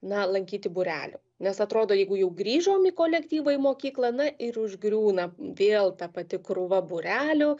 na lankyti būrelių nes atrodo jeigu jau grįžom į kolektyvą į mokyklą na ir užgriūna vėl ta pati krūva būrelių